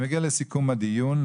אני מגיע לסיכום הדיון.